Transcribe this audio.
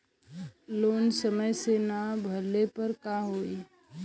Loan समय से ना भरले पर का होयी?